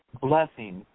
blessing